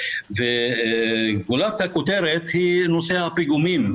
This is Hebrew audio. וגולת הכותרת היא נושא הפיגומים.